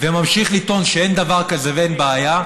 וממשיך לטעון שאין דבר כזה ואין בעיה,